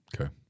Okay